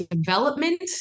development